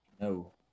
No